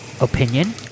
opinion